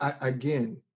Again